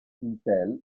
intel